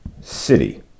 City